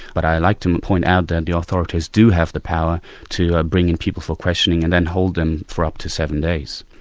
but i'd like to point out that the authorities do have the power to bring in people for questioning and then hold them for up to seven days.